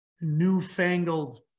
newfangled